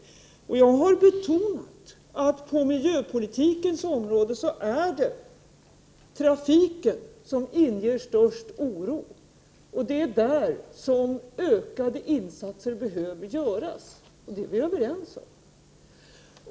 Jag har betonat att det på miljöpolitikens område är trafiken som inger störst oro, och det är där som ökade insatser behöver göras. Det är vi överens om.